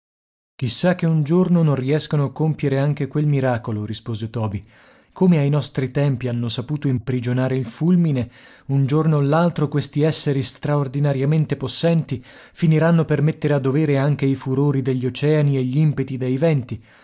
chissà che un giorno non riescano a compiere anche quel miracolo rispose toby come ai nostri tempi hanno saputo imprigionare il fulmine un giorno o l'altro questi esseri straordinariamente possenti finiranno per mettere a dovere anche i furori degli oceani e gli impeti dei venti